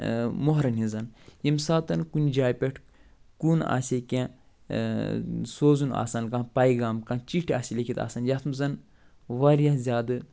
مۄہرن ہِنٛزن ییٚمہِ ساتہٕ کُنہِ جایہِ پٮ۪ٹھ کُن آسے کیٚنٛہہ سوزُن آسان کانٛہہ پیغام کانٛہہ چِٹھۍ آسہِ لیٖکِتھ آسان یَتھ منٛز وارِیاہ زیادٕ